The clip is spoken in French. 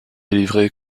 délivré